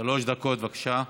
שלוש דקות, בבקשה.